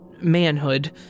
Manhood